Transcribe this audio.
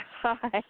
Hi